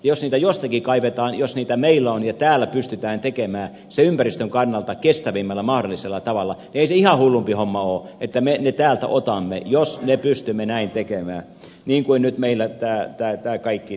jos niitä jostakin kaivetaan jos niitä meillä on ja täällä pystytään tekemään se ympäristön kannalta kestävimmällä mahdollisella tavalla niin ei se ihan hullumpi homma ole että me ne täältä otamme jos me pystymme näin tekemään niin kuin nyt meillä tämä kaikki tehdään